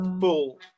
full